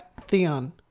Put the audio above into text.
theon